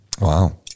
wow